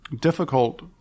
difficult